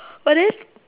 but then